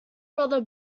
brother